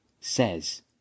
says